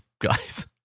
guys